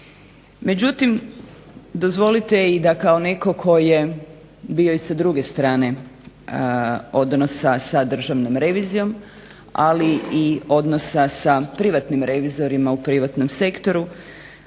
Međutim, dozvolite da netko tko je bio sa druge strane odnosa sa Državnom revizijom ali i odnosa sa privatnim revizorima u privatnom sektoru,